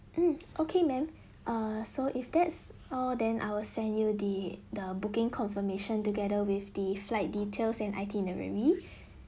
mm okay ma'am err so if that's all then I will send you the the booking confirmation together with the flight details and itinerary